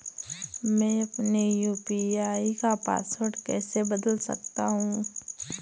मैं अपने यू.पी.आई का पासवर्ड कैसे बदल सकता हूँ?